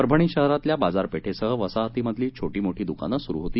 परभणी शहरातल्या बाजारपेठेसह वसाहतीमधली छोटी मोठी दुकानं सुरू होती